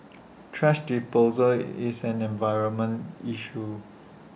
thrash disposal IT is an environmental issue